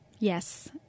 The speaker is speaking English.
Yes